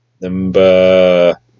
Number